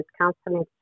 counseling